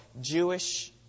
Jewish